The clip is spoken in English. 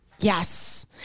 Yes